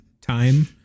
time